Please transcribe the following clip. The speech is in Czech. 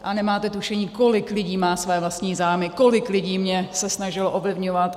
A nemáte tušení, kolik lidí má své vlastní zájmy, kolik lidí se mě snažilo ovlivňovat.